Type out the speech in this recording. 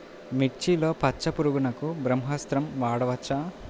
మిర్చిలో పచ్చ పురుగునకు బ్రహ్మాస్త్రం వాడవచ్చా?